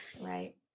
Right